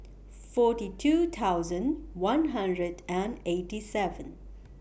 forty two thousand one hundred and eighty seven